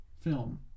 film